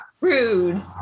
rude